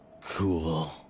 Cool